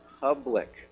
public